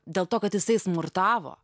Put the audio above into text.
dėl to kad jisai smurtavo